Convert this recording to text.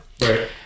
Right